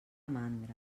mandra